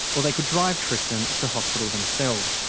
or they could drive tristan to hospital themselves,